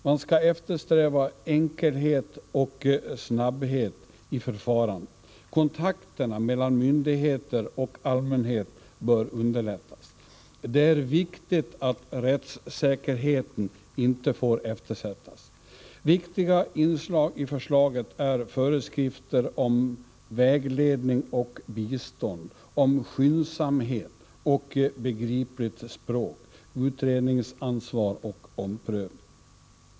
Man skall eftersträva enkelhet och snabbhet i förfarandet, kontakterna mellan myndigheter och allmänhet bör underlättas. Det är viktigt att rättssäkerheten inte får eftersättas. Viktiga inslag i förslaget är föreskrifter om vägledning och bistånd, om skyndsamhet och begripligt språk, utredningsansvar och omprövning.